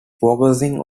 focusing